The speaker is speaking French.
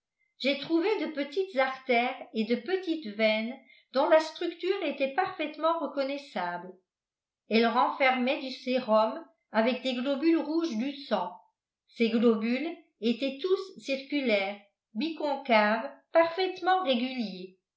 j'ai trouvé de petites artères et de petites veines dont la structure était parfaitement reconnaissable elles renfermaient du sérum avec des globules rouges du sang ces globules étaient tous circulaires biconcaves parfaitement réguliers